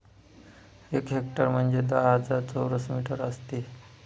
एक हेक्टर म्हणजे दहा हजार चौरस मीटर असते